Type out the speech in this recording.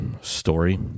story